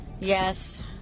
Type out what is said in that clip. yes